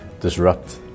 disrupt